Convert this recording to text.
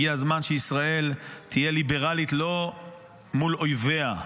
הגיע הזמן שישראל תהיה ליברלית לא מול אויביה,